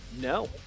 no